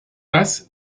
das